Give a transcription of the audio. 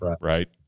Right